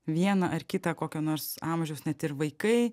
vieną ar kitą kokio nors amžiaus net ir vaikai